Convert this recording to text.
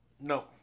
No